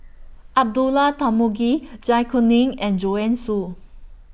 Abdullah Tarmugi Zai Kuning and Joanne Soo